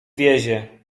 wiezie